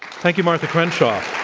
thank you, martha crenshaw.